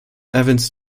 evans